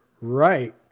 Right